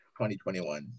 2021